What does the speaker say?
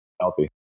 Healthy